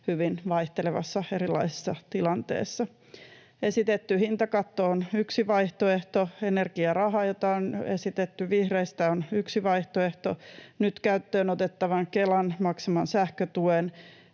hyvin vaihtelevassa ja erilaisessa tilanteessa. Esitetty hintakatto on yksi vaihtoehto. Energiaraha, jota on esitetty vihreistä, on yksi vaihtoehto. Nyt käyttöön otettavan Kelan maksaman sähkötuen